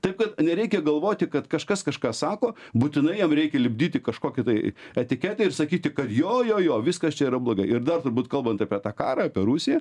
taip kad nereikia galvoti kad kažkas kažką sako būtinai jam reikia lipdyti kažkokį tai etiketę ir sakyti kad jo jo jo viskas čia yra blogai ir dar turbūt kalbant apie tą karą apie rusiją